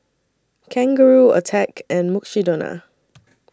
Kangaroo Attack and Mukshidonna